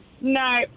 No